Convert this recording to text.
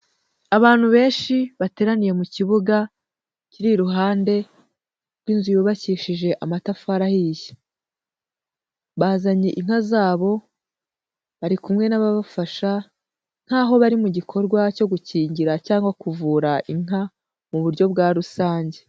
Abantu benshi bateraniye mu kibuga, kiri iruhande rw'inzu yubakishije amatafari ahiye, bazanye inka zabo, bari kumwe n'ababafasha nk'aho bari mu gikorwa cyo gukingira kuvura inka mu buryo bwa rusange.